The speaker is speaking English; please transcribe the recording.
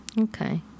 Okay